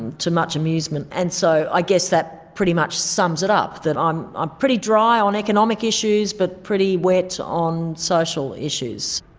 to much amusement. and so i guess that pretty much sums it up that i'm pretty dry on economic issues but pretty wet on social issues.